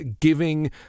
giving